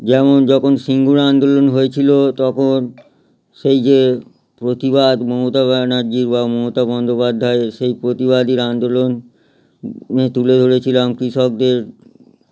যেমন যখন সিঙ্গুরে আন্দোলন হয়েছিলো তখন সেই যে প্রতিবাদ মমতা ব্যানার্জির বা মমতা বন্দ্যোপাধ্যায় সেই প্রতিবাদীর আন্দোলন আমি তুলে ধরেছিলাম কৃষকদের